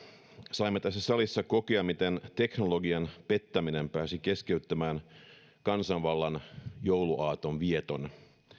saimme tässä salissa kokea miten teknologian pettäminen pääsi keskeyttämään kansanvallan jouluaaton vieton